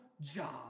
job